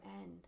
end